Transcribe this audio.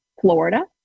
Florida